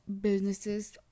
businesses